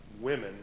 women